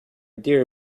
dear